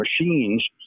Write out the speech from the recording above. machines